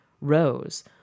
rows